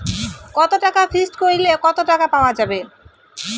কত টাকা ফিক্সড করিলে কত টাকা পাওয়া যাবে?